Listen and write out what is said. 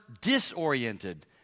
disoriented